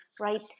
right